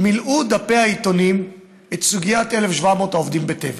מלאו דפי העיתונים בסוגיית 1,700 העובדים בטבע,